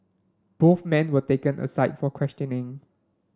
both men were taken aside for questioning